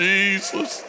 Jesus